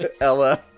Ella